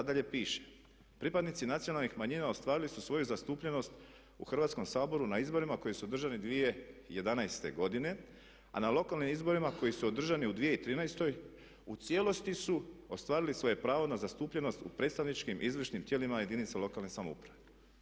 Nadalje piše, pripadnici nacionalnih manjina ostvarili su svoju zastupljenost u Hrvatskom saboru na izborima koji su održani 2011. a na lokalnim izborima koji su održani u 2013. u cijelosti su ostvarili svoje pravo na zastupljenost u predstavničkim, izvršnim tijelima jedinica lokalne samouprave.